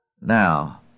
Now